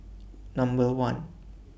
Number one